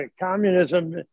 communism